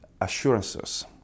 assurances